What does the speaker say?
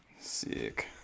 Sick